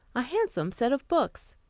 a handsome set of books.